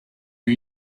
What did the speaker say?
you